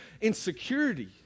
insecurity